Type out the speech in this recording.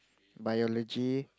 biology